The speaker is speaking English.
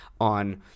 on